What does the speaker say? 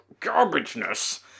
garbageness